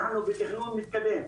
אנחנו בתכנון מתקדם.